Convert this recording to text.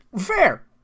Fair